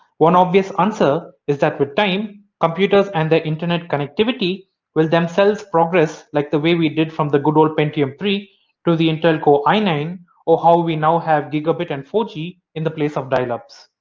one obvious answer is that with time computers and the internet connectivity will themselves progress like the way we did from the good old pentium three to the intel core i nine or how we now have gigabit and four g in the place of dial ups.